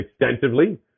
extensively